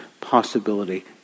possibility